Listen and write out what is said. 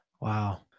Wow